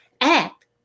act